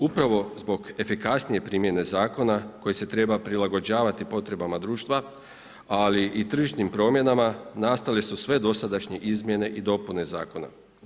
Upravo zbog efikasnije primjene zakona koji se treba prilagođavati potrebama društva, ali i tržišnim promjenama, nastale su sve dosadašnje izmjene i dopune zakona.